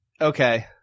okay